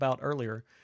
earlier